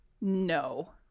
No